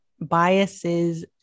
biases